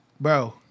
Bro